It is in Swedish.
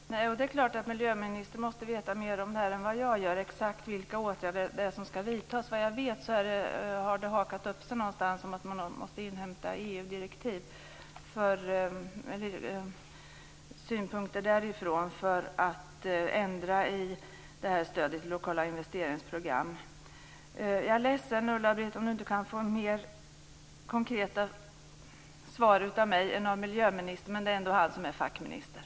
Herr talman! Det är klart att miljöministern måste veta mer än jag om exakt vilka åtgärder som skall vidtas. Såvitt jag vet har det hakat upp sig någonstans. Man måste inhämta synpunkter från EU för att ändra i stödet lokala investeringsprogram. Jag är ledsen att Ulla-Britt Hagström inte kan få mer konkreta svar av mig än av miljöministern. Det är ändå miljöministern som är fackministern.